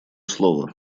слово